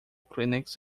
clinics